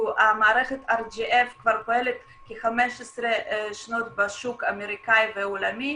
המערכתRGF כבר פועלת כ-15 שנים בשוק האמריקאי והעולמי,